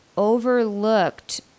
overlooked